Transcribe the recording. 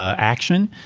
ah action.